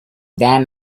then